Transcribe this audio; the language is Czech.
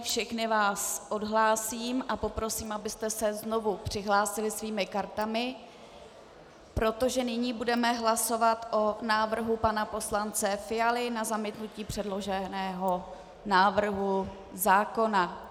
Všechny vás odhlásím a poprosím, abyste se znovu přihlásili svými kartami, protože nyní budeme hlasovat o návrhu pana poslance Fialy na zamítnutí předloženého návrhu zákona.